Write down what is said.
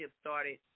started